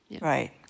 Right